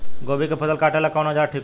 गोभी के फसल काटेला कवन औजार ठीक होई?